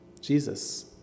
Jesus